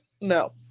No